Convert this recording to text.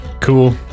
Cool